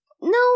No